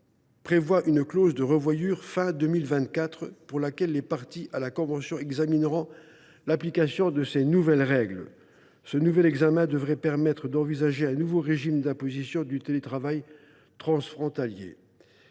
prévoit une clause de revoyure à la fin de 2024, qui permettra aux parties à la convention d’examiner l’application de ces nouvelles règles. Cet examen devrait permettre d’envisager un nouveau régime d’imposition du télétravail transfrontalier.